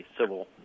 civil